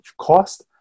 cost